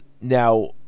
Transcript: Now